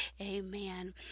Amen